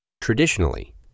Traditionally